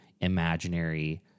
imaginary